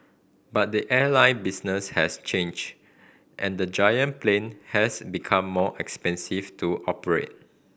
but the airline business has changed and the giant plane has become more expensive to operate